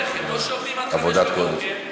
עבודת קודש.